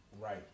right